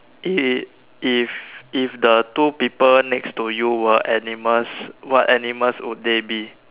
it if if the two people next to you were animals what animals would they be